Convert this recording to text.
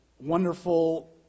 wonderful